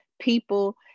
people